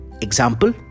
example